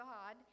God